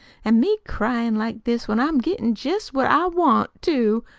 an' me cryin' like this when i'm gettin' jest what i want, too!